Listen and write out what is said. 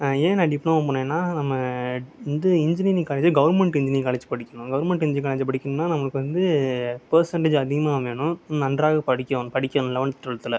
ஏன் நான் டிப்ளமோ போனேன்னா நம்ம வந்து engineering college government engineering college படிக்கணும் கவர்ன்மெண்ட் இன்ஜினீரிங் காலேஜ் படிக்கணும்னா நமக்கு வந்து பெர்சன்ட்டேஜ் அதிகமாக வேணும் நன்றாக படிக்கணும் லெவன்த் டுவெல்தில்